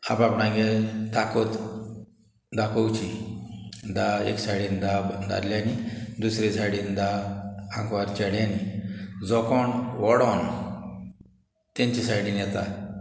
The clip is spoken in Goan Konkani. आप आप आपणागे ताकत दाखोवची दा एक सायडीन दा दादल्यांनी दुसरे सायडीन धा आंकवार चेड्यांनी जो कोण ओडोन तेंच्या सायडीन येता